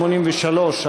83,